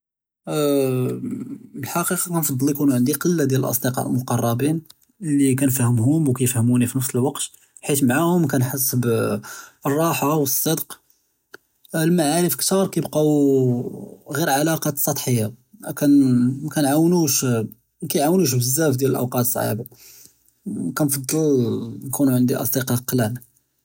אה אה אֶלְחַקִיקָה נֻפַּדִּל יְקוּן עַנְדִי קְלָּה דִיַאל אֶלְאָסְדִקָּאא אֶלְמֻקַּרְבִּין לִי קְנַפְהְמוּם וּכַּיְפְהְמוּנִי פִּנְפְס אֶלְוַקְת חֵית מְעַהּוּם וְכַּנְחֵס בְּ אה אה אֶלְרַחָא וְאֶלְצֶדְק אֶלְמַעָרִיף כְּתַּאר כַּיַבְקָאוּ אה ג'יר עֲלַאקַּאת סַטְחִיַּה אה כַן מַכְּנַעְוּנוּש כַּיַעְוּנוּש בְּזַאף דִיַאל אֶלְאוּקָאת אֶסְصְعֻבָּה וּאה כַנְפַדִּל יְקוּן עַנְדִי אֶסְדִקָּאא קְלָאל.